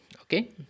Okay